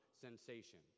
sensation